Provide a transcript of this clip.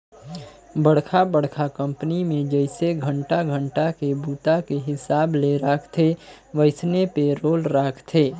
बड़खा बड़खा कंपनी मे जइसे घंटा घंटा के बूता के हिसाब ले राखथे वइसने पे रोल राखथे